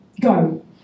Go